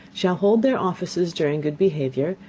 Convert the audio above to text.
shall hold their offices during good behavior,